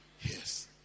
Yes